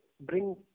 bring